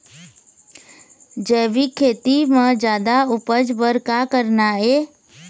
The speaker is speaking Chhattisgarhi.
जैविक खेती म जादा उपज बर का करना ये?